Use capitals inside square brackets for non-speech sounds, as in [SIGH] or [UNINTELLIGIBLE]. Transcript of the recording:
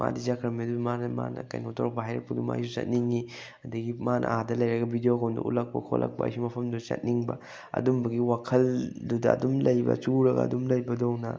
ꯃꯥꯗꯤ ꯆꯠꯈ꯭ꯔꯃꯤ ꯑꯗꯨ ꯃꯥꯅ ꯀꯩꯅꯣ ꯇꯧꯔꯛꯄ ꯍꯥꯏꯔꯛꯄ [UNINTELLIGIBLE] ꯑꯩꯁꯨ ꯆꯠꯅꯤꯡꯏ ꯑꯗꯨꯗꯒꯤ ꯃꯥꯅ ꯑꯥꯗ ꯂꯩꯔꯒ ꯚꯤꯗꯤꯑꯣ ꯀꯣꯜꯗ ꯎꯠꯂꯛꯄ ꯈꯣꯠꯂꯛꯄ ꯑꯩꯁꯨ ꯃꯐꯝꯗꯨꯗ ꯆꯠꯅꯤꯡꯕ ꯑꯗꯨꯝꯕꯒꯤ ꯋꯥꯈꯜꯗꯨꯗ ꯑꯗꯨꯝ ꯂꯩꯕ ꯆꯨꯔꯒ ꯑꯗꯨꯝ ꯂꯩꯕꯇꯧꯅ